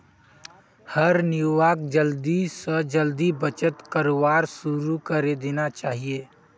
हर नवयुवाक जल्दी स जल्दी बचत करवार शुरू करे देना चाहिए